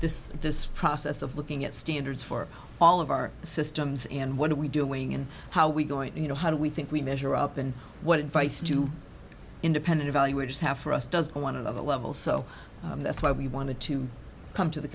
this this process of looking at standards for all of our systems and what are we doing and how we going you know how do we think we measure up and what advice do independent evaluators have for us does a one of a level so that's why we wanted to come to the